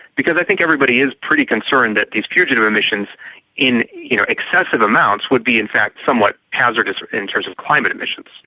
because i think everybody is pretty concerned that these fugitive emissions in, you know, excessive amounts, would be, in fact, somewhat hazardous in terms of climate emissions.